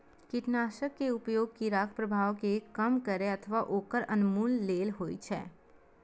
कीटनाशक के उपयोग कीड़ाक प्रभाव कें कम करै अथवा ओकर उन्मूलन लेल होइ छै